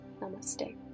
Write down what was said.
Namaste